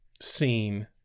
scene